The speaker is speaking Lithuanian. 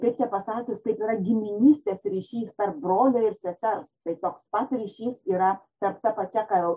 kaip čia pasakius taip yra giminystės ryšys tarp brolių ir sesers tai toks pat ryšys yra tarp ta pačia kal